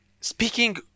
speaking